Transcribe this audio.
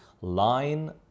Line